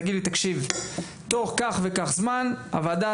תגיד לי תקשיב בתוך כך וכך זמן הוועדה